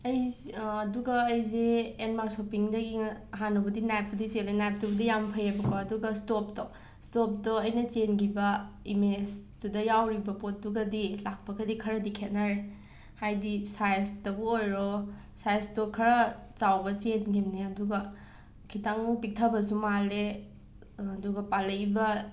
ꯑꯩꯖ ꯑꯗꯨꯒ ꯑꯩꯁꯦ ꯑꯦꯟꯃꯥ ꯁꯣꯞꯄꯤꯡꯗꯒꯤ ꯉ ꯍꯥꯟꯅꯕꯨꯗꯤ ꯅꯥꯏꯞꯄꯨꯗꯤ ꯆꯦꯜꯂꯦ ꯅꯥꯏꯞꯇꯨꯕꯨꯗꯤ ꯌꯥꯝꯅ ꯐꯩꯌꯦꯕꯀꯣ ꯑꯗꯨꯒ ꯁ꯭ꯇꯣꯞꯇꯣ ꯁ꯭ꯇꯣꯞꯇꯣ ꯑꯩꯅ ꯆꯦꯟꯒꯤꯕ ꯏꯃꯦꯁꯇꯨꯗ ꯌꯥꯎꯔꯤꯕ ꯄꯣꯠꯇꯨꯒꯗꯤ ꯂꯥꯛꯄꯒꯗꯤ ꯈꯔꯗꯤ ꯈꯦꯠꯅꯔꯦ ꯍꯥꯏꯗꯤ ꯁꯥꯏꯁꯇꯕꯨ ꯑꯣꯏꯔꯣ ꯁꯥꯏꯁꯇꯣ ꯈꯔ ꯆꯥꯎꯕ ꯆꯦꯟꯒꯤꯕꯅꯦ ꯑꯗꯨꯒ ꯈꯤꯇꯪ ꯄꯤꯛꯊꯕꯁꯨ ꯃꯥꯜꯂꯦ ꯑꯗꯨꯒ ꯄꯥꯜꯂꯛꯏꯕ